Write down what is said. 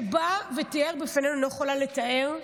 שבה הוא תיאר בפנינו, אני לא יכולה לתאר,